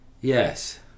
Yes